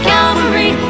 Calvary